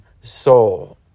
soul